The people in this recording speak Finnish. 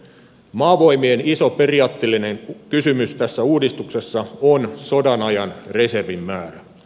maavoimien iso periaatteellinen kysymys tässä uudistuksessa on sodan ajan reservin määrä